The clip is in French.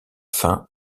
fin